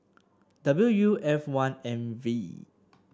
W U F one M V